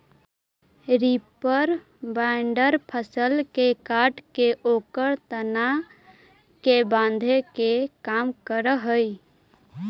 reaper binder फसल के काटके ओकर तना के बाँधे के काम करऽ हई